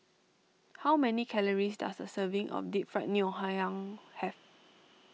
how many calories does a serving of Deep Fried Ngoh Hiang have